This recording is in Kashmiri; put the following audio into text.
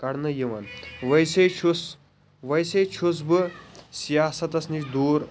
کڑنہٕ یِوان ویسے چھُس ویسے چھُس بہٕ سِیاستس نِش دوٗر